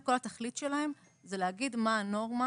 כל התכלית שלהן זה להגיד מה הנורמה,